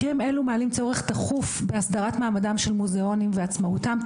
מקרים אלו מעלים צורך דחוף בהסדרת מעמדם של מוזיאונים ועצמאותם,